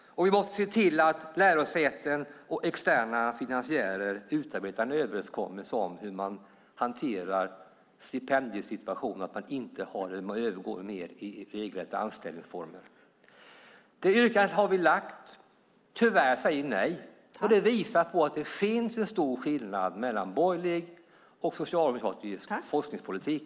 Vi måste se till att lärosäten och externa finansiärer utarbetar en överenskommelse om hur stipendiesituationen ska hanteras och att det övergår mer i regelrätta anställningsformer. Det yrkandet har vi lagt fram. Tyvärr säger ni nej. Det visar att det finns en stor skillnad mellan borgerlig och socialdemokratisk forskningspolitik.